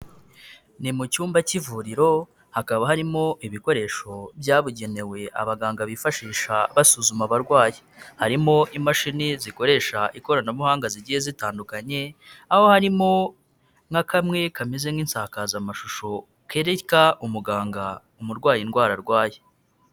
Ni mu cyumba cy'ivuriro hakaba harimo ibikoresho byabugenewe abaganga bifashisha basuzuma abarwayi, harimo imashini zikoresha ikoranabuhanga zigiye zitandukanye, aho harimo nk'akamwe kameze n'insakazamashusho kereka umuganga umurwayi indwara arwaye.